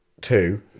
two